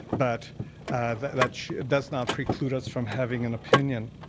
but that that does not preclude us from having an opinion.